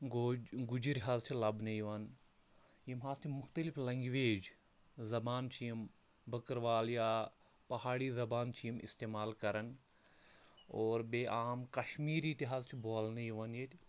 گوج گُجِرۍ حظ چھِ لَبنہٕ یِوان یِم حظ تہِ مُختلِف لنٛگویج زَبان چھِ یِم بٔکٕروال یا پہاڑی زَبان چھِ یِم اِستعمال کَران اور بیٚیہِ عام کَشمیٖری تہِ حظ چھِ بولنہٕ یِوان ییٚتہِ